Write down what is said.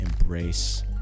embrace